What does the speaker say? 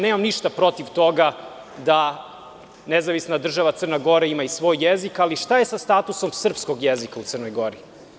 Nemam ništa protiv toga da nezavisna država Crna Gora ima svoj jezik, ali šta je sa statusom srpskog jezika u Crnoj Gori?